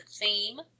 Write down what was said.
theme